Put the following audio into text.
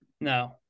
No